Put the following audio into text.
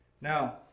Now